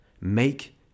Make